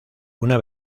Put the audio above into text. una